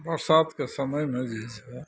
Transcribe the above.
बरसातके समयमे जे छै